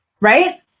Right